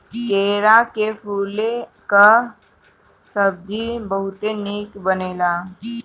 केरा के फूले कअ सब्जी बहुते निक बनेला